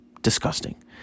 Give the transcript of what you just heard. disgusting